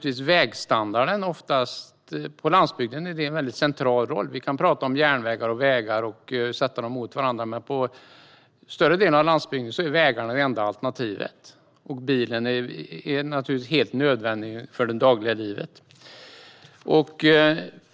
Vägstandarden på landsbygden spelar en central roll. Vi kan prata om vägar och järnvägar och sätta dem mot varandra, men på större delen av landsbygden är vägarna det enda alternativet, och bilen är naturligtvis helt nödvändig för det dagliga livet.